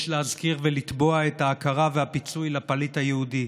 להזכיר ולתבוע את ההכרה והפיצוי לפליט היהודי.